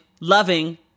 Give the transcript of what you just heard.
loving